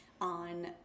on